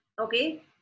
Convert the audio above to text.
Okay